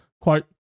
Quote